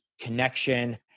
connection